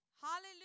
Hallelujah